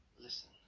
Listen